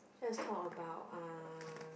let's talk about uh